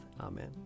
Amen